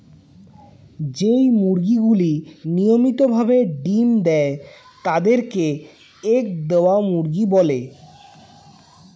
যেই মুরগিগুলি নিয়মিত ভাবে ডিম্ দেয় তাদের কে এগ দেওয়া মুরগি বলে